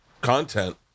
content